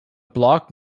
block